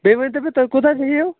بیٚیہِ ؤنۍتو مےٚ تُہۍ کوٗتاہ حظ ہیٚیِو